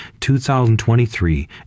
2023